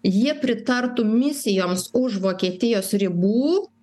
jie pritartų misijoms už vokietijos ribų